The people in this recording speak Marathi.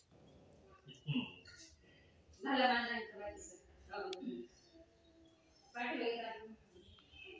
स्टॉक ब्रोकर आर्थिक सल्लोगार आणि गुंतवणूक व्यवस्थापन सेवा प्रदान करतत आणि व्यवहार पूर्ण करतत